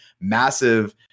massive